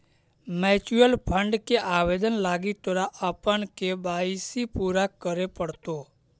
mutual fund के आवेदन लागी तोरा अपन के.वाई.सी पूरा करे पड़तो